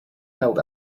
held